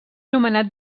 nomenat